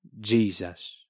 Jesus